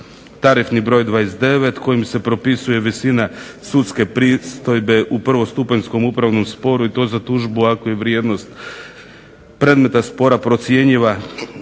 tarifni broj 29 kojim se propisuje visina sudske pristojbe u prvostupanjskom upravnom sporu i to za tužbu ako je vrijednost predmeta spora procjenjiva.